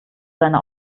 seine